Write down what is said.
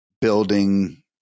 building –